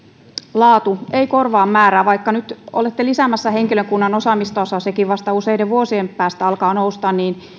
laatu ei korvaa määrää vaikka nyt olette lisäämässä henkilökunnan osaamistasoa sekin vasta useiden vuosien päästä alkaa nousta